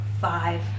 five